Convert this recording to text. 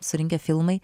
surinkę filmai